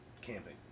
camping